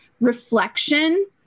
reflection